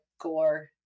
gore